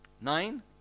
Nine